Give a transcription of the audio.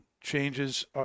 changes